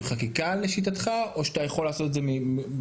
חקיקה לשיטתך או שאתה יכול לעשות את זה בתע"ס?